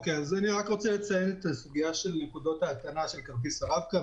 אני רק רוצה לציין את הסוגיה של נקודות ההטענה של כרטיס הרב-קו.